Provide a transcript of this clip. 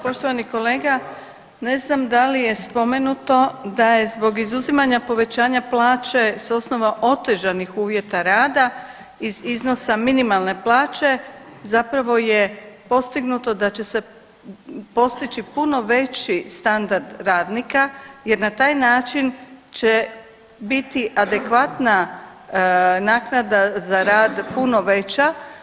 Poštovani kolega ne znam da li je spomenuto da je zbog izuzimanja povećanja plaće s osnova otežanih uvjeta rada iz iznosa minimalne plaće zapravo je postignuto da će se postići puno veći standard radnika, jer na taj način će biti adekvatna naknada za rad puno veća.